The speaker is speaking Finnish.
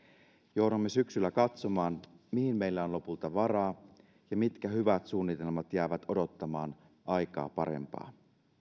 joudumme syksyllä katsomaan mihin meillä on lopulta varaa ja mitkä hyvät suunnitelmat jäävät odottamaan aikaa parempaa